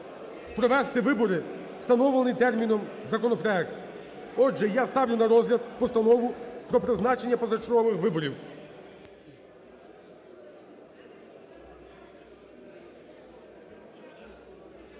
провести вибори у встановлений терміном законопроект. Отже, я ставлю на розгляд Постанову про призначення позачергових виборів.